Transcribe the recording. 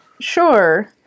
Sure